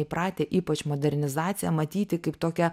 įpratę ypač modernizaciją matyti kaip tokią